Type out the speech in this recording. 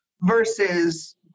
versus